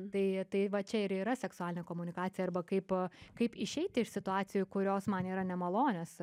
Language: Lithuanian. tai tai va čia ir yra seksualinė komunikacija arba kaip kaip išeiti iš situacijų kurios man yra nemalonios